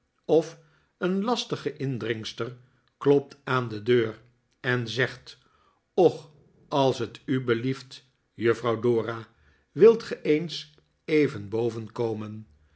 of een lastige indringster klopt aan de deur en zegt och als t u belieft juffrouw dora wilt ge eens even boven komen